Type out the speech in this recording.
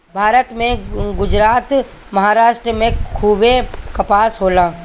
भारत में गुजरात, महाराष्ट्र में खूबे कपास होला